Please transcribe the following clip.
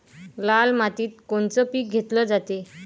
लाल मातीत कोनचं पीक घेतलं जाते?